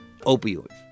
Opioids